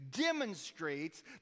demonstrates